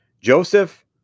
Joseph